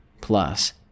Plus